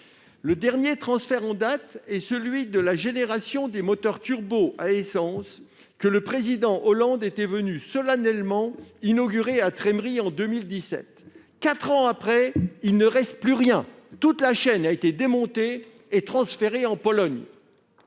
le dernier en date étant celui de la nouvelle génération de moteurs turbo à essence, que le président Hollande était venu solennellement inaugurer à Trémery, en 2017. Quatre ans après, il ne reste plus rien : toute la chaîne a été démontée et transférée en Pologne